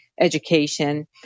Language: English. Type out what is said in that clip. education